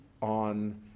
on